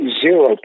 zero